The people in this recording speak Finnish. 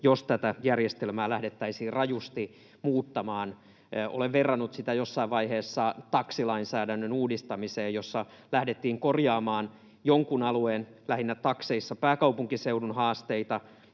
jos tätä järjestelmää lähdettäisiin rajusti muuttamaan. Olen verrannut sitä jossain vaiheessa taksilainsäädännön uudistamiseen, jossa kun lähdettiin korjaamaan jonkin alueen haasteita, takseissa lähinnä pääkaupunkiseudun,